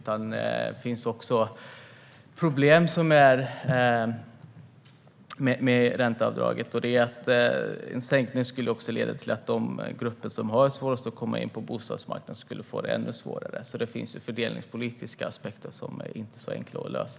Det finns problem med ränteavdraget. En sänkning skulle leda till att de grupper som har det svårast att komma in på bostadsmarknaden skulle få det ännu svårare. Det finns fördelningspolitiska aspekter som inte är så enkla att lösa.